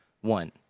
one